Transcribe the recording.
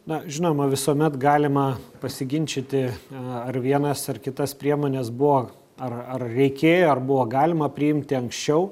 na žinoma visuomet galima pasiginčyti ar vienas ar kitas priemones buvo ar ar reikėjo ar buvo galima priimti anksčiau